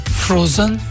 frozen